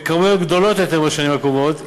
בכמויות גדולות יותר בשנים הקרובות,